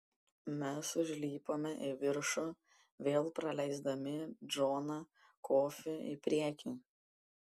mes užlipome į viršų vėl praleisdami džoną kofį į priekį